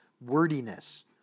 wordiness